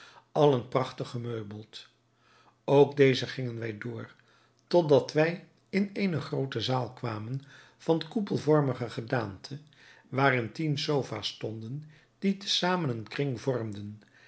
allen prachtig gemeubeld ook deze gingen wij door tot dat wij in eene groote zaal kwamen van koepelvormige gedaante waarin tien sofa's stonden die te zamen een kring vormden